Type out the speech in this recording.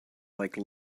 like